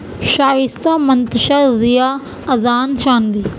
Shaista Mantasha Zia Azan Shanvi